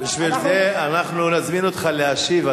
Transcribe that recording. בשביל זה אנחנו נזמין אותך להשיב,